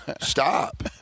stop